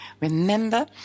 remember